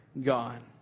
God